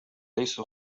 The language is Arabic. ليس